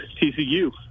TCU